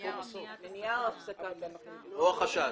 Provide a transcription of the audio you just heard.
או החשש.